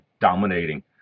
dominating